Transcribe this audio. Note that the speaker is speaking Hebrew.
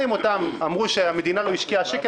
אמרו שהמדינה לא השקיעה שקל.